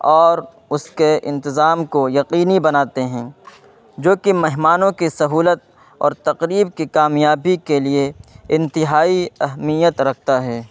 اور اس کے انتظام کو یقینی بناتے ہیں جو کہ مہمانوں کی سہولت اور تقریب کی کامیابی کے لیے انتہائی اہمیت رکھتا ہے